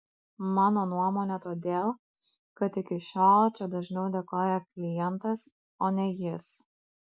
mano nuomone todėl kad iki šiol čia dažniau dėkoja klientas o ne jis